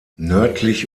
nördlich